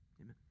Amen